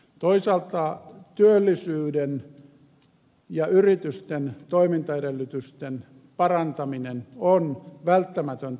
toisaalta työllisyyden ja yritysten toimintaedellytysten parantaminen on välttämätöntä